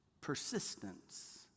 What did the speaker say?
Persistence